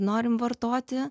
norim vartoti